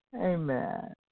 Amen